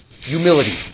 Humility